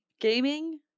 gaming